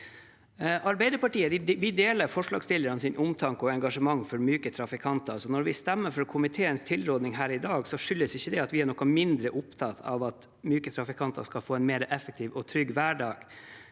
Arbeiderpartiet deler forslagsstillernes omtanke og engasjement for myke trafikanter. Når vi stemmer for komiteens tilråding her i dag, skyldes det ikke at vi er noe mindre opptatt av at myke trafikanter skal få en mer effektiv og trygg hverdag,